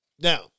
Now